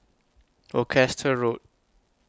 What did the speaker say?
Worcester Road